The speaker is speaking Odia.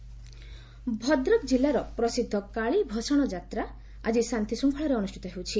କାଳୀ ଭସାଣ ଭଦ୍ରକ ଜିଲ୍ଲାର ପ୍ରସିଦ୍ଧ କାଳୀ ଭସାଣ ଯାତ୍ରା ଆଜି ଶାଡିଶୃଙ୍ଖଳାରେ ଅନୁଷ୍ପିତ ହେଉଛି